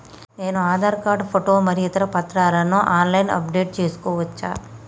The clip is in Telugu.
నేను ఆధార్ కార్డు ఫోటో మరియు ఇతర పత్రాలను ఆన్ లైన్ అప్ డెట్ చేసుకోవచ్చా?